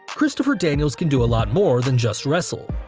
christopher daniels can do a lot more than just wrestle.